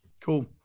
Cool